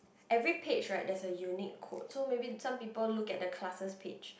every page right there's a unique code so maybe some people look at the classes page